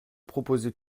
proposez